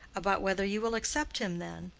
about whether you will accept him, then?